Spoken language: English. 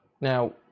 Now